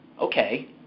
Okay